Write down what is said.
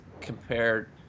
compared